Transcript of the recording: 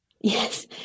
Yes